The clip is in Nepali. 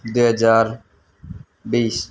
दुई हजार बिस